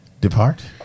depart